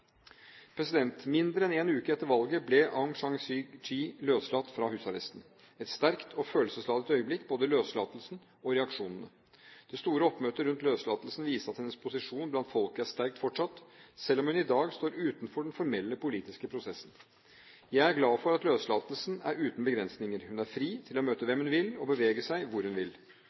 Mindre enn en uke etter valget ble Aung San Suu Kyi løslatt fra husarresten. Det var et sterkt og følelsesladet øyeblikk – både løslatelsen og reaksjonene. Det store oppmøtet rundt løslatelsen viste at hennes posisjon blant folket er sterk fortsatt, selv om hun i dag står utenfor den formelle politiske prosessen. Jeg er glad for at løslatelsen er uten begrensninger. Hun er fri til å møte hvem hun vil og bevege seg hvor hun vil.